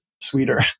sweeter